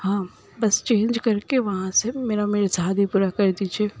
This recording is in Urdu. ہاں بس چینج کر کے وہاں سے میرا مرزا ہادی پورہ کر دیجیے